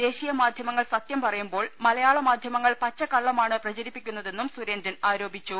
ദേശീയ മാധ്യമങ്ങൾ സത്യം പറയുമ്പോൾ മലയാള മാധ്യമങ്ങൾ പച്ചക്കള്ളമാണ് പ്രചരിപ്പിക്കുന്നതെന്നും സുരേന്ദ്രൻ ആരോപിച്ചു